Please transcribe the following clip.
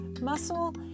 muscle